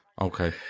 Okay